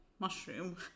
Mushroom